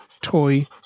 toy